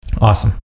Awesome